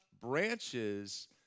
branches